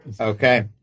Okay